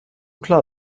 klar